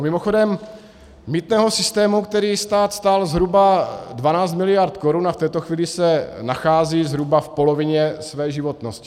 Mimochodem mýtného systému, který stát stál zhruba 12 miliard korun a v této chvíli se nachází zhruba v polovině své životnosti.